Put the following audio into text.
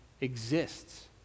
exists